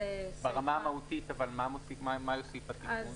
ברמה המהותית, מה לסעיף התיקון?